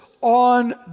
on